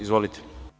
Izvolite.